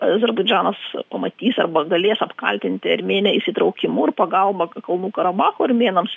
azerbaidžanas pamatys arba galės apkaltinti armėniją įsitraukimu ir pagalba kalnų karabacho armėnams